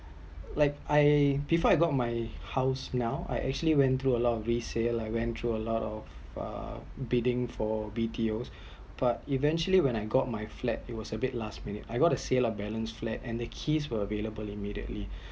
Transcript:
like I before I got my house now I actually went through a lot of resale say like went through a lot of uh bidding for BTO but eventually when I got my flat it was a bit last minute I got the sales of balance flat and the keys were available immediately